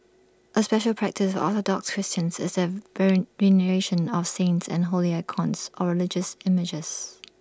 A special practice of Orthodox Christians is their veneration of saints and holy icons or religious images